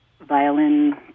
violin